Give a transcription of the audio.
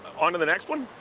on to the next one?